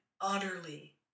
utterly